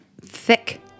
thick